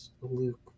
Luke